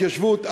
התיישבות,